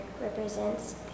represents